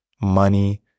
money